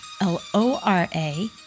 L-O-R-A